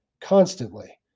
constantly